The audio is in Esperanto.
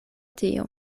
tio